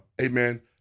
amen